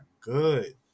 good